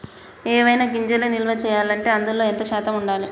ఏవైనా గింజలు నిల్వ చేయాలంటే అందులో ఎంత శాతం ఉండాలి?